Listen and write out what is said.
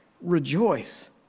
Rejoice